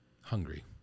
hungry